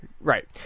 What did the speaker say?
Right